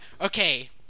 okay